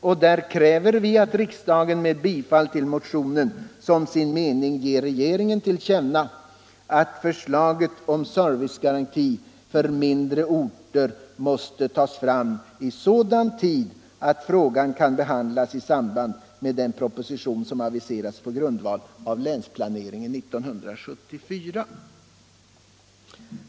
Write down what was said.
Vi kräver i reservationen att riksdagen med bifall till motionen som sin mening ger regeringen till känna att förslag till servicegaranti för mindre orter måste tas fram i sådan tid att frågan kan behandlas i samband med den proposition som har aviserats på grundval av länsplanering 1974.